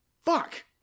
Fuck